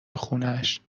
خونشون